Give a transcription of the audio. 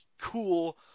cool